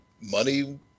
money